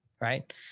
Right